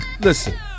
Listen